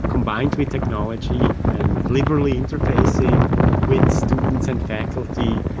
combined with technology, and liberally interfacing with students and faculty,